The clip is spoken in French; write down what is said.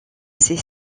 ses